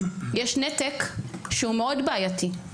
יש נתק שהוא בעייתי מאוד.